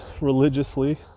religiously